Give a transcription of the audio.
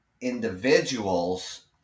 individuals